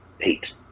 eight